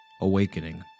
Awakening